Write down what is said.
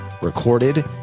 recorded